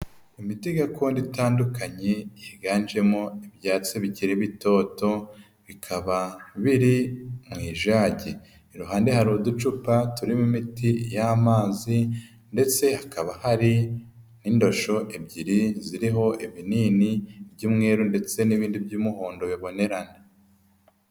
Imiti gakondo itandukanye higanjemo ibyatsi bikiri bitoto bikaba biri mu ijagi, iruhande hari uducupa turimo imiti y'amazi ndetse hakaba hari n'indosho ebyiri ziriho ibinini by'umweru ndetse n'ibindi by'umuhondo bibonerana.